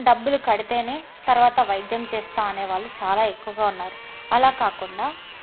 డబ్బులు కడితేనే తర్వాత వైద్యం చేస్తా అనే వాళ్ళు చాలా ఎక్కువగా ఉన్నారు అలా కాకుండా